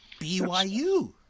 BYU